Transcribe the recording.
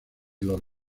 los